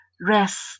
rest